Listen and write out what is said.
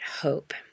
hope